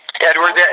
Edward